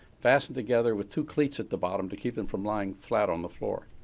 fastened together with two cleats at the bottom to keep them from lying flat on the floor.